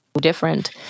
different